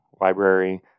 library